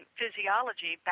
physiology